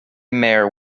mare